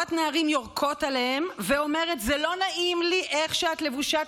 חבורת נערים יורקות עליהן ואומרת: זה לא נעים לי איך שאת לבושה,